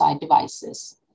devices